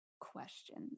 questions